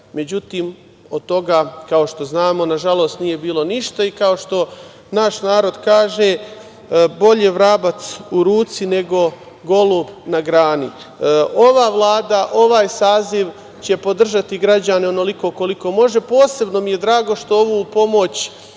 međutim, od toga, kao što znamo, nažalost nije bilo ništa i kao što naš narod kaže - bolje vrabac u ruci, nego golub na grani. Ova vlada, ovaj saziv će podržati građane onoliko koliko može. Posebno mi je drago što ovu pomoć